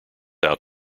out